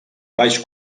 baix